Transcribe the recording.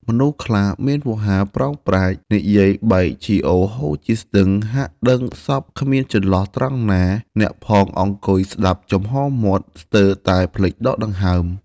មនុស្សខ្លះមានវោហារប្រោកប្រាជ្ញ និយាយបែកជាអូរហូរជាស្ទឹង ហាក់ដឹងសព្វ គ្មានចន្លោះត្រង់ណា អ្នកផងអង្គុយស្ដាប់ចំហមាត់ ស្ទើរតែភ្លេចដកដង្ហើម ។